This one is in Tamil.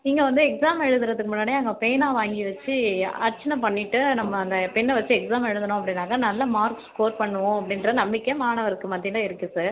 இங்கே வந்து எக்ஸாம் எழுதுறதுக்கு முன்னாடியே அங்கே பேனா வாங்கி வச்சு அர்ச்சனை பண்ணிவிட்டு நம்ம அந்த பென்னை வச்சு எக்ஸாம் எழுதுனோம் அப்படின்னாக்கா நல்ல மார்க் ஸ்கோர் பண்ணுவோம் அப்படின்ற நம்பிக்கை மாணவருக்கு மத்தியில் இருக்கு சார்